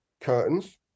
curtains